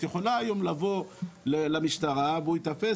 את יכולה היום לבוא למשטרה הוא ייתפס